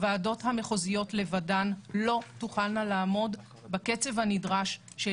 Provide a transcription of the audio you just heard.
הוועדות המחוזיות לא תוכלנה לעמוד בקצב הנדרש של